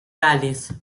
gales